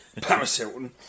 Parasilton